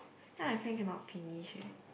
then my friend cannot finish leh